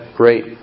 great